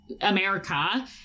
America